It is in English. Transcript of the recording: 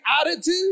attitude